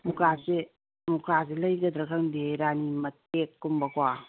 ꯃꯨꯛꯀꯥꯁꯦ ꯃꯨꯛꯀꯥꯁꯦ ꯂꯩꯒꯗ꯭ꯔꯥ ꯈꯪꯗꯦ ꯔꯥꯅꯤ ꯃꯇꯦꯛ ꯀꯨꯝꯕꯀꯣ